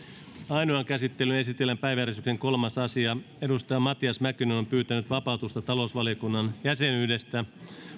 ainoaan käsittelyyn esitellään päiväjärjestyksen kolmas asia matias mäkynen on pyytänyt vapautusta talousvaliokunnan jäsenyydestä